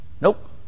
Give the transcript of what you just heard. nope